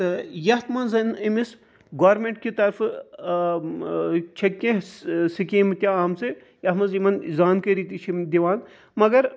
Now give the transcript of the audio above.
تہٕ یَتھ مَنٛز أمس گورمینٹ کہِ طَرفہٕ چھِ کینٛہہ سِکیٖم تہِ آمژٕ یَتھ مَنٛز یِمَن زانکٲری تہِ چھِ دِوان مگر